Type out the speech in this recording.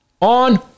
on